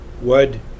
wood